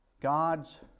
God's